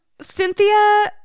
Cynthia